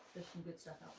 some good stuff